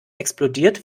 explodiert